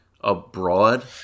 abroad